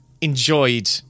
enjoyed